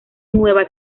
nueva